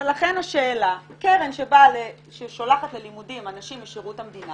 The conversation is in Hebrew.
-- לכן קרן ששולחת ללימודים אנשים משירות המדינה